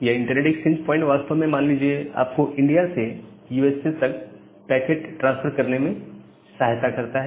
यह internet exchange point वास्तव में मान लीजिए आपको इंडिया से यूएसएस तक पैकेट ट्रांसफर करने में सहायता करता है